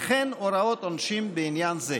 וכן הוראות עונשין בעניין זה.